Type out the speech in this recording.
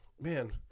Man